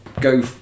go